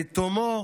לתומו